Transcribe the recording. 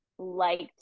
liked